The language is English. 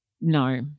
no